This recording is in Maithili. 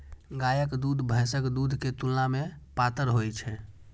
गायक दूध भैंसक दूध के तुलना मे पातर होइ छै